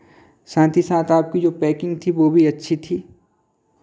साथ ही साथ आपकी जो पैकिंग थी वो भी अच्छी थी